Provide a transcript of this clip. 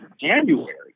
January